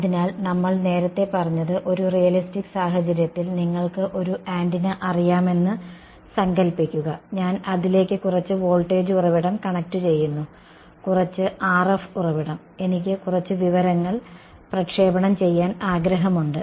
അതിനാൽ നമ്മൾ നേരത്തെ പറഞ്ഞത് ഒരു റിയലിസ്റ്റിക് സാഹചര്യത്തിൽ നിങ്ങൾക്ക് ഒരു ആന്റിന അറിയാമെന്ന് സങ്കൽപ്പിക്കുക ഞാൻ അതിലേക്ക് കുറച്ച് വോൾട്ടേജ് ഉറവിടം കണക്റ്റുചെയ്യുന്നു കുറച്ച് RF ഉറവിടം എനിക്ക് കുറച്ച് വിവരങ്ങൾ പ്രക്ഷേപണം ചെയ്യാൻ ആഗ്രഹമുണ്ട്